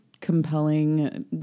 compelling